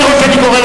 יש לי הצעה.